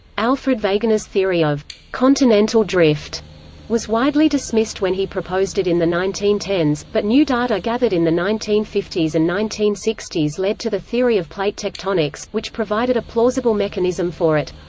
alfred wegener's theory of continental drift was widely dismissed when he proposed it in the but new data gathered in the nineteen fifty s and nineteen sixty s led to the theory of plate tectonics, which provided a plausible mechanism for it.